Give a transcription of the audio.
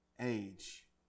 age